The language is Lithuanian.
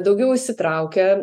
daugiau įsitraukia